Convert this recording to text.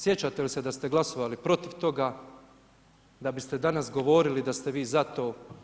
Sjećate li se da ste glasovali protiv toga, da biste danas govorili da ste vi za to.